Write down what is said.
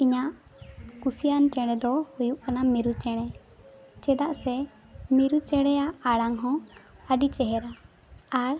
ᱤᱧᱟᱹᱜ ᱠᱩᱥᱤᱭᱟᱱ ᱪᱮᱬᱮ ᱫᱚ ᱦᱩᱡᱭᱩᱜ ᱠᱟᱱᱟ ᱢᱤᱨᱩ ᱪᱮᱬᱮ ᱪᱮᱫᱟᱜ ᱥᱮ ᱢᱤᱨᱩ ᱪᱮᱬᱮᱭᱟᱜ ᱟᱲᱟᱝ ᱦᱚᱸ ᱟᱹᱰᱤ ᱪᱮᱦᱨᱟ ᱟᱨ